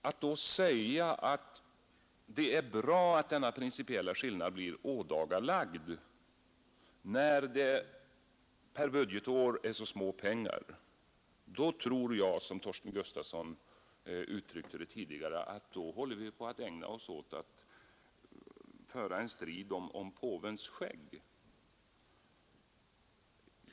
Att säga att det är bra att denna principiella skillnad blir ådagalagd — när det per budgetår rör sig om så små pengar — innebär ju som herr Torsten Gustafsson uttryckte det tidigare en strid om påvens skägg.